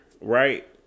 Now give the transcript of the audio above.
Right